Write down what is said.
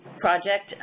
project